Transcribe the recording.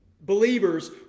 believers